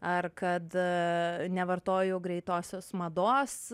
ar kad nevartoju greitosios mados